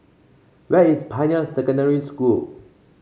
where is Pioneer Secondary School